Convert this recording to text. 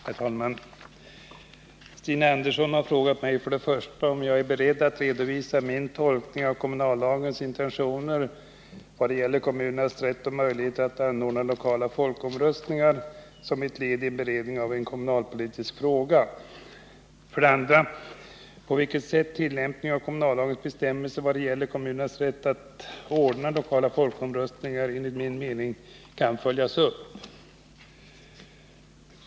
Herr talman! Stina Andersson har frågat mig 1. om jag är beredd att redovisa min tolkning av kommunallagens intentioner vad gäller kommunernas rätt och möjligheter att anordna lokala folkomröstningar som ett led i en beredning av en kommunalpolitisk fråga och 2. på vilket sätt tillämpningen av kommunallagens bestämmelser vad gäller kommunernas rätt att ordna lokala folkomröstningar enligt min mening kan följas upp.